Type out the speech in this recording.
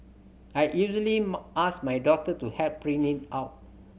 I usually ask my daughter to help print it out